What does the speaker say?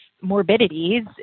morbidities